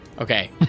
Okay